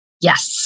Yes